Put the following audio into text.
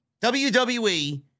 WWE